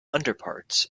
underparts